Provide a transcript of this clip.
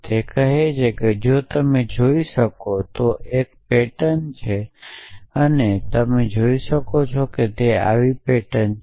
તે કહે છે કે જો તમે જોઈ શકો છો તો તે એક પેટર્ન છે અને જો તમે જોઈ શકો તો આવી પેટર્ન છે